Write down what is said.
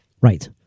right